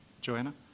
Joanna